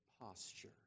posture